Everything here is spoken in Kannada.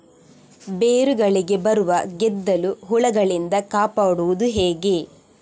ಬೇರುಗಳಿಗೆ ಬರುವ ಗೆದ್ದಲು ಹುಳಗಳಿಂದ ಕಾಪಾಡುವುದು ಹೇಗೆ?